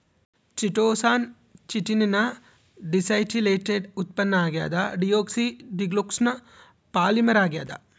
chitosan chitin ನ deacetylated ಉತ್ಪನ್ನ ಆಗ್ಯದ ಡಿಯೋಕ್ಸಿ ಡಿ ಗ್ಲೂಕೋಸ್ನ ಪಾಲಿಮರ್ ಆಗ್ಯಾದ